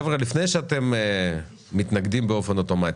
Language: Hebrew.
חבר'ה, לפני שאתם מתנגדים באופן אוטומטי,